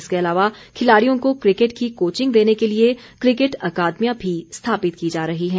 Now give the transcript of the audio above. इसके अलावा खिलाड़ियों को क्रिकेट की कोचिंग देने के लिए क्रिकेट अकादमियां भी स्थापित की जा रही हैं